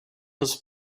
his